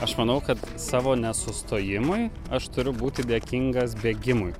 aš manau kad savo nesustojimui aš turiu būti dėkingas bėgimui